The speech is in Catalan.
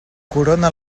corona